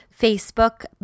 Facebook